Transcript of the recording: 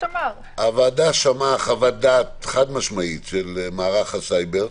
הוועדה שמעה חוות דעת חד משמעית של מערך הסייבר,